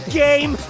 game